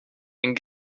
den